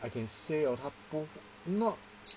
I can say or orh 他不 not